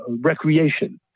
recreation